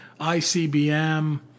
ICBM